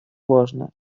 важно